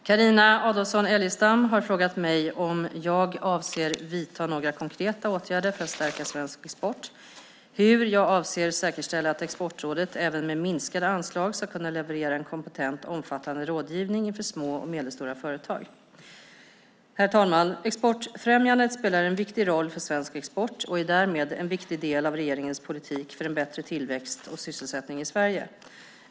Herr talman! Carina Adolfsson Elgestam har frågat mig om jag avser att vidta några konkreta åtgärder för att stärka svensk export och hur jag avser att säkerställa att Exportrådet även med minskade anslag ska kunna leverera en kompetent och omfattande rådgivning inför små och medelstora företag. Herr talman! Exportfrämjandet spelar en viktig roll för svensk export och är därmed en viktig del av regeringens politik för en bättre tillväxt och sysselsättning i Sverige.